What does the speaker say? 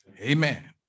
Amen